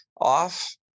off